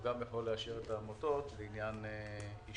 שגם יכול לאשר את העמותות בעניין אישורי